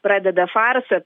pradeda farsą